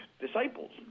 disciples